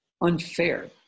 unfair